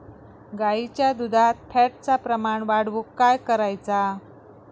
गाईच्या दुधात फॅटचा प्रमाण वाढवुक काय करायचा?